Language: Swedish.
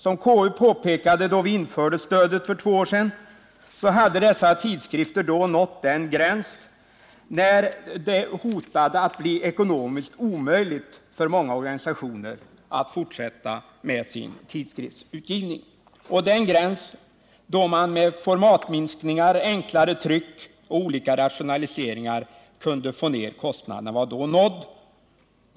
Som KU påpekade när vi införde stödet för två år sedan, så hade dessa tidskrifter då nått den gräns där det hotade att bli ekonomiskt omöjligt för många organisationer att fortsätta med sin tidskriftsutgivning. Den gräns där man med formatminskningar, enklare tryck och olika rationaliseringar kunde få ner kostnaderna var nådd.